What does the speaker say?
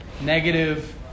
negative